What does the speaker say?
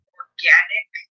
organic